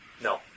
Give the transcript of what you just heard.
No